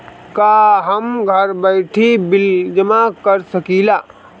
का हम घर बइठे बिल जमा कर शकिला?